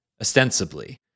ostensibly